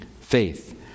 faith